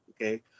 okay